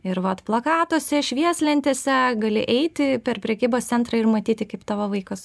ir vat plakatuose švieslentėse gali eiti per prekybos centrą ir matyti kaip tavo vaikas